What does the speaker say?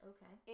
Okay